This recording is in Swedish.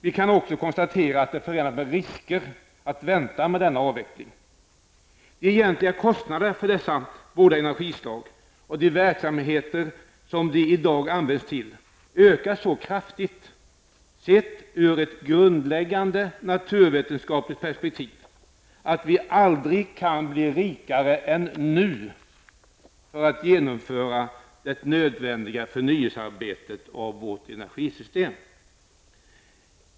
Vi kan också konstatera att det är förenat med risker att vänta med denna avveckling. De egentliga kostnaderna för dessa båda energislag, och de verksamheter som de i dag används till, ökar så kraftigt, sett ur ett grundläggande naturvetenskapligt perspektiv, att vi aldrig blir rikare än nu för att genomföra det nödvändiga förnyelsearbetet när det gäller vårt energisystem.